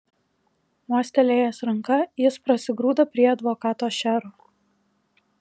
mostelėjęs ranka jis prasigrūda prie advokato šero